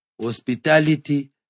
hospitality